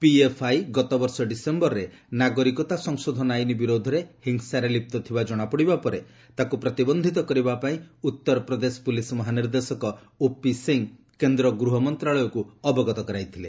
PFI ଗତବର୍ଷ ଡିସେୟରରେ ନାଗରିକତା ସଂଶୋଧନ ଆଇନ୍ ବିରୋଧରେ ହିଂସାରେ ଲିପ୍ତ ଥିବା ଜଣାପଡ଼ିବା ପରେ ତାକୁ ପ୍ରତିବନ୍ଧିତ କରିବା ପାଇଁ ଉତ୍ତରପ୍ରଦେଶ ପୁଲିସ୍ ମହାନିର୍ଦ୍ଦେଶକ ଓପି ସିଂହ କେନ୍ଦ୍ର ଗୃହ ମନ୍ତ୍ରଣାଳୟକୁ ଅବଗତ କରାଇଥିଲେ